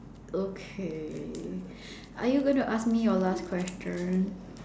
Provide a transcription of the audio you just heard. okay are you going to ask me your last question